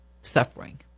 suffering